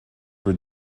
were